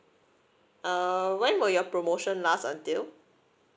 uh when will your promotion last until